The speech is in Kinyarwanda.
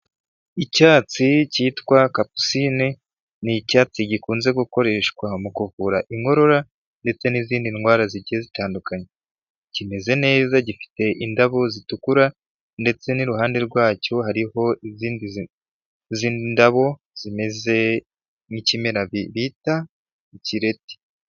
Icyatsi cyitwa kapusine ni icyatsi gikunze gukoreshwa mu kuvura inkorora ndetse n'izindi ndwara zigiye zitandukanye. Kimeze neza gifite indabo zitukura ndetse n'iruhande rwacyo hariho izindi n'izindi ndabo zimeze nk'ikimera bita ikireti.